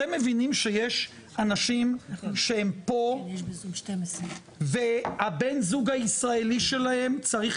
אתם מבינים שיש אנשים שהם פה ובן הזוג הישראלי שלהם צריך